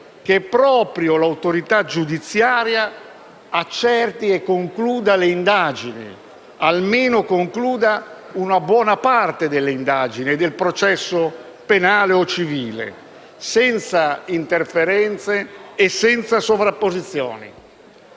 che proprio l'autorità giudiziaria accerti e concluda le indagini, che almeno concluda una buona parte dell'indagine e del processo penale o civile, senza interferenze e senza sovrapposizioni.